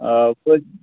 آ وۅنۍ